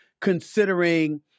Considering